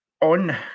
on